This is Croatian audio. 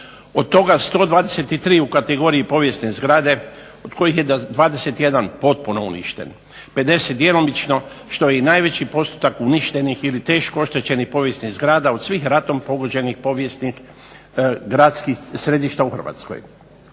od toga 123 u kategoriji povijesne zgrade, od kojih je 21 potpuno uništen, 50 djelomično, što je i najveći postotak uništenih ili teško oštećenih povijesnih zgrada od svih ratom pogođenih povijesnih gradskih središta u Hrvatskoj.